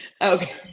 Okay